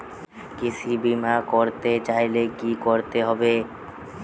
কৃষি বিমা করতে চাইলে কি করতে হবে?